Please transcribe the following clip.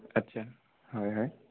আচ্ছা হয় হয়